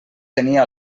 tenia